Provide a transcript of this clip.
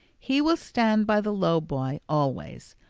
he will stand by the low boy, always.